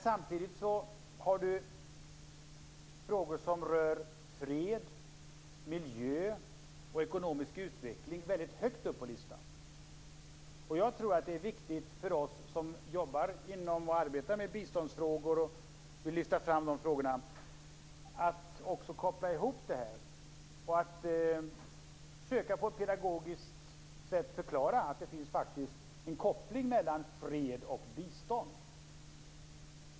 Samtidigt finns frågor som rör fred, miljö och ekonomisk utveckling väldigt högt upp på listan. Jag tror att det är väldigt viktigt för oss som arbetar med biståndsfrågor och vill lyfta fram de frågorna att koppla ihop detta och försöka att på ett pedagogiskt sätt förklara att det finns en koppling mellan fred och bistånd.